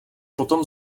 potom